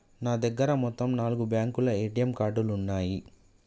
నా దగ్గర మొత్తం నాలుగు బ్యేంకుల ఏటీఎం కార్డులున్నయ్యి